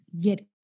Get